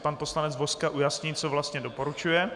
Pan poslanec Vozka si ujasní, co vlastně doporučuje.